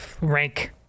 rank